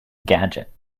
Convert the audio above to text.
gadget